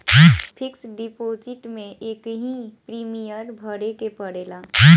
fix deposit में एकही premium भरे के पड़ेला